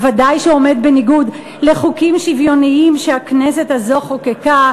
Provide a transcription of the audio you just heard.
וודאי שהוא עומד בניגוד לחוקים שוויוניים שהכנסת הזאת חוקקה,